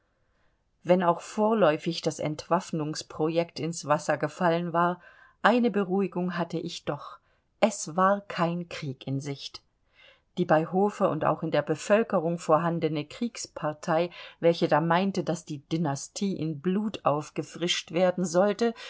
wenn auch vorläufig das entwaffnungsprojekt ins wasser gefallen war eine beruhigung hatte ich doch es war kein krieg in sicht die bei hofe und auch in der bevölkerung vorhandene kriegspartei welche da meinte daß die dynastie in blut aufgefrischt werden sollte